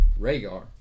Rhaegar